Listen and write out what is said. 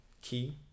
key